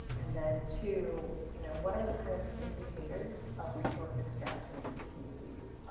and then to, you know, what are kind of indicators of resource extraction and communities.